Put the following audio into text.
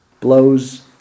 blows